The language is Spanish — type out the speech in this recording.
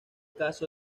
caso